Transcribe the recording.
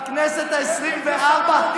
בכנסת העשרים-וארבע,